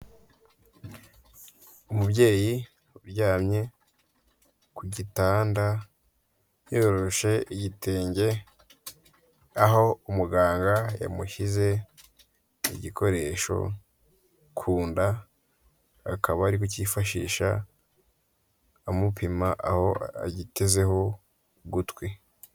Umubyeyi uryamye ku gitanda yoroshe igitenge aho umuganga yamushyize igikoresho ku nda, akaba ari kukifashisha amupima aho agitezeho ugutwi.